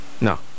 No